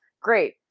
great